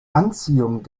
anziehung